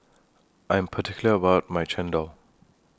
I Am particular about My Chendol